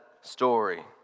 story